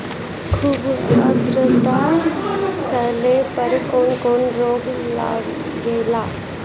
खुब आद्रता रहले पर कौन कौन रोग लागेला?